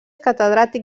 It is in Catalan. catedràtic